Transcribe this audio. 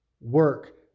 work